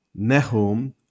Nehum